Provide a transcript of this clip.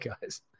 guys